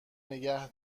نگه